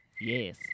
yes